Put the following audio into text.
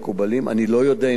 אני לא יודע אם הם נכונים,